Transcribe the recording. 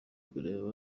kuyireba